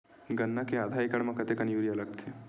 गन्ना के आधा एकड़ म कतेकन यूरिया लगथे?